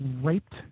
raped